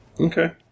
Okay